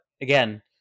again